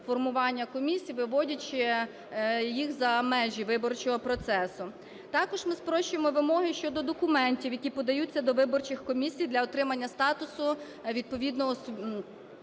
формування комісій, виводячи їх за межі виборчого процесу. Також ми спрощуємо вимоги щодо документів, які подаються до виборчих комісій для отримання статусу відповідного